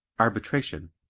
arbitration